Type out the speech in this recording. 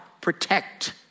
protect